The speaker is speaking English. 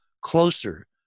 closer